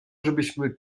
żebyśmy